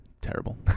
Terrible